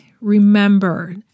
remember